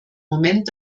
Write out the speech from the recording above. moment